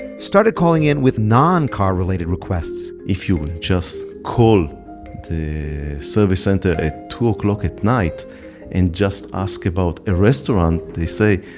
started calling in with non-car related requests if you will just call the service center at two o'clock at night and just ask about a restaurant, they say,